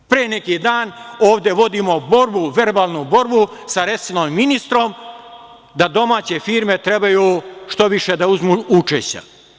Pre neki dan ovde vodimo borbu, verbalnu borbu sa resornim ministrom da domaće firme treba što više da uzmu učešća.